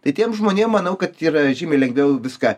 tai tiem žmonėm manau kad yra žymiai lengviau viską